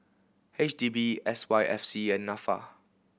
H D B S Y F C and Nafa